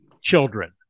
children